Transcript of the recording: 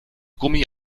gummi